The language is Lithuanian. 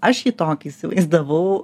aš jį tokį įsivaizdavau